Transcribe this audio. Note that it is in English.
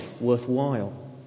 worthwhile